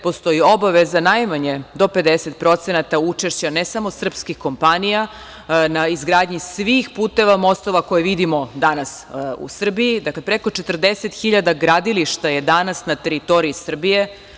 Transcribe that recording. Postoji obaveza najmanje do 50% učešća ne samo srpskih kompanija na izgradnji svih puteva, mostova koje vidimo danas u Srbiji, dakle, preko 40.000 gradilišta je danas na teritoriji Srbije.